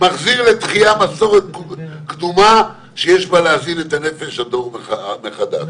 מחזיר לתחייה מסורת קדומה שיש בה להזין את נפש הדור מחדש".